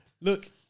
Look